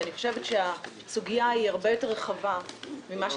כי אני חושבת שהסוגיה הרבה יותר רחבה מאשר